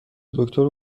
دکتر